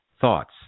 Thoughts